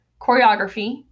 choreography